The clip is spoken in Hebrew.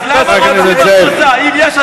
אם יש,